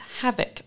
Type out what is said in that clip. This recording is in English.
havoc